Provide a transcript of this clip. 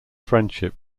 friendship